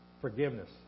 forgiveness